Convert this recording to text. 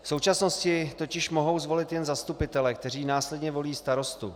V současnosti totiž mohou zvolit jen zastupitele, kteří následně volí starostu.